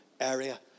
area